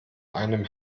einem